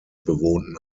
bewohnten